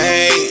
Hey